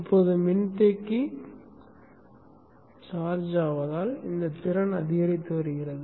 இப்போது மின்தேக்கி சார்ஜ் ஆவதால் இந்த திறன் அதிகரித்து வருகிறது